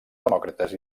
demòcrates